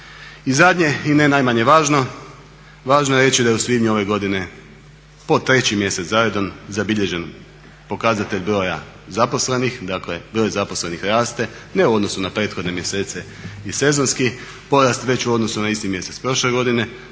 I zadnje i ne najmanje važno, važno je reći da je u svibnju ove godine po treći mjesec zaredom zabilježen pokazatelj broja zaposlenih, dakle broj zaposlenih raste ne u odnosu na prethodne mjesece i sezonski porast već u odnosu na isti mjesec prošle godine.